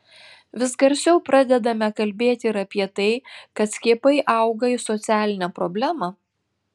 vis garsiau pradedame kalbėti ir apie tai kad skiepai auga į socialinę problemą